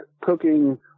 cooking